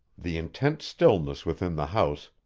the intense stillness within the house,